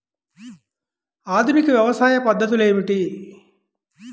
ఆధునిక వ్యవసాయ పద్ధతులు ఏమిటి?